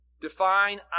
define